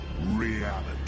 Reality